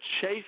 Chase